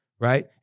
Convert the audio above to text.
right